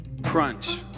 crunch